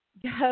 Yes